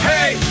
Hey